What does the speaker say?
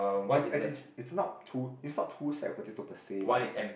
nope as it's is not to is not to sack of potatoes per se but is like